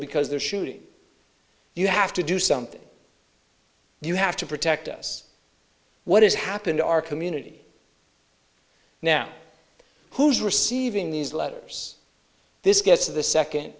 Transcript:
because they're shooting you have to do something you have to protect us what has happened to our community now who's receiving these letters this gets to the second